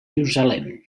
jerusalem